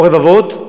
או רבבות,